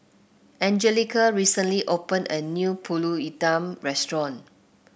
Angelica recently opened a new pulut Hitam Restaurant